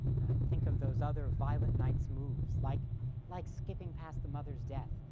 think of those other violent knight's moves, like like skipping past the mother's death.